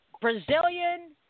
Brazilian